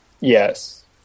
Yes